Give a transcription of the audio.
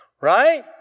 right